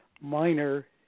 minor